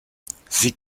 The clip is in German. sie